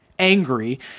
angry